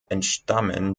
entstammen